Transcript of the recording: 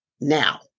now